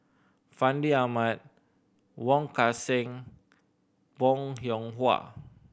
Fandi Ahmad Wong Kan Seng Bong Hiong Hwa